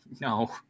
No